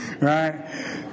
right